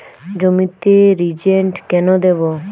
জমিতে রিজেন্ট কেন দেবো?